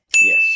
Yes